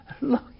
look